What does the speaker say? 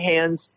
hands